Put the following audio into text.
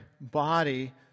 body